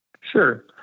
Sure